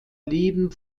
lieben